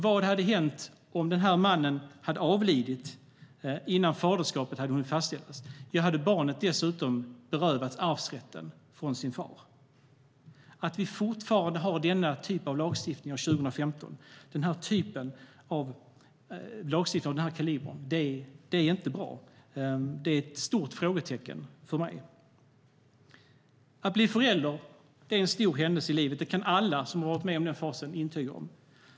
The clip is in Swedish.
Vad hade hänt om mannen hade avlidit innan faderskapet hunnit fastställas? Då hade barnet dessutom berövats arvsrätten från sin far. Att vi fortfarande har lagstiftning av den här kalibern år 2015 är inte bra. Det är ett stort frågetecken för mig. Att bli förälder är en stor händelse i livet. Det kan alla som varit med om det intyga.